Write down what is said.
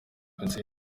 intsinzi